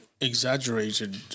exaggerated